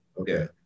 okay